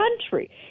country